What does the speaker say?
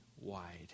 wide